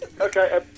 Okay